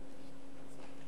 אדוני